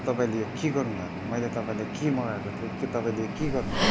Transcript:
तपाईँले यो के गर्नुभएको मैले तपाईँलाई के मगाएको थिएँ के तपाईँले के गर्नुभएको